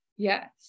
Yes